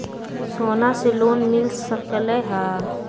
सोना से लोन मिल सकलई ह?